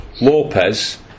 Lopez